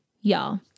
y'all